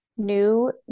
New